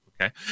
okay